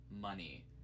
money